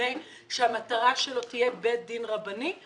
מבנה שהמטרה שלו תהיה בית דין רבני?